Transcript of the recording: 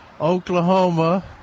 Oklahoma